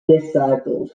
disciples